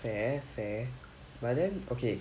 fair fair but then okay